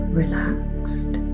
relaxed